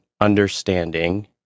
understanding